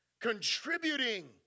contributing